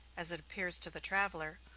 as it appears to the traveler,